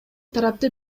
тарапты